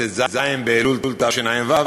ט"ז באלול תשע"ו,